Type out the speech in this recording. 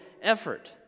effort